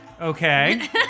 Okay